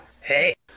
Hey